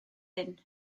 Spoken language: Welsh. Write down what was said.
hyn